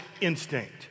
instinct